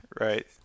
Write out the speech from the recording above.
right